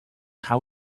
how